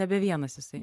nebe vienas jisai